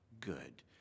good